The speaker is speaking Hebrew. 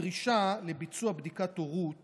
הדרישה לביצוע בדיקת הורות